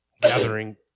gathering